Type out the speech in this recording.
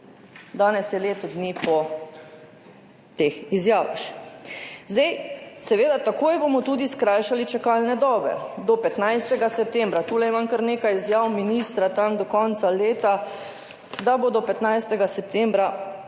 Danes je leto dni po teh izjavah. Takoj bomo tudi skrajšali čakalne dobe, do 15. septembra. Tule imam kar nekaj izjav ministra tam do konca leta, da bodo 15. septembra